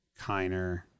Kiner